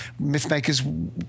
Mythmakers